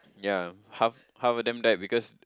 yea half half of them died because